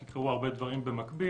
כי קרו הרבה דברים במקביל,